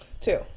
Two